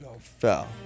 fell